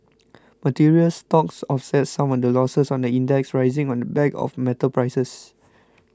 materials stocks offset some of the losses on the index rising on the back of metals prices